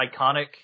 iconic